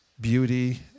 beauty